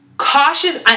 cautious